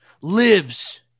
lives